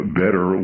better